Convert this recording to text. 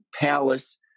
palace